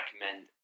recommend